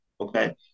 okay